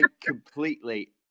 completely